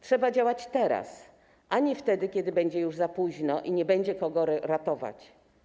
Trzeba działać teraz, a nie wtedy, kiedy będzie już za późno i nie będzie kogo ratować.